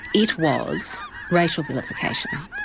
it was racial vilification,